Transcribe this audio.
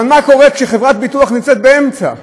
אבל מה קורה כאשר חברת ביטוח נמצאת באמצע,